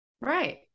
Right